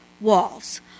walls